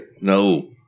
No